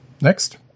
Next